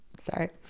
sorry